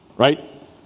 right